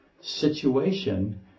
situation